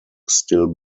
still